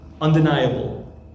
Undeniable